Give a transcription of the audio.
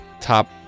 Top